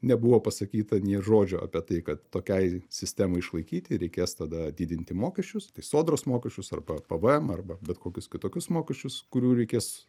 nebuvo pasakyta nė žodžio apie tai kad tokiai sistemai išlaikyti reikės tada didinti mokesčius tai sodros mokesčius arba pvm arba bet kokius kitokius mokesčius kurių reikės